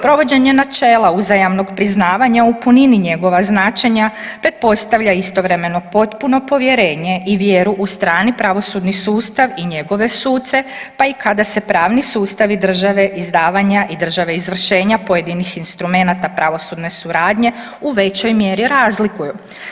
Provođenje načela uzajamnog priznavanja u punini njegova značenja te postavlja istovremeno potpuno povjerenje i vjeru u strani pravosudni sustav i njegove suce pa i kada se pravni sustavi države izdavanja i države izvršenja pojedinih instrumenata pravosudne suradnje u većoj mjeri razlikuju.